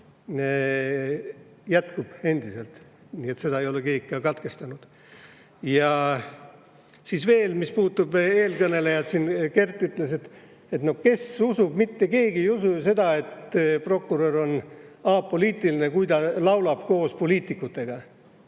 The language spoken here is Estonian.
jätkub endiselt, nii et seda ei ole keegi katkestanud. Siis veel see, mis puudutab eelkõnelejat. Kert ütles siin, et no kes seda usub, mitte keegi ei usu, et prokurör on apoliitiline, kui ta laulab koos poliitikutega.